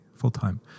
full-time